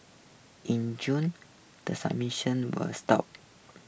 in June the were stopped